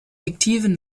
fiktiven